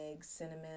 cinnamon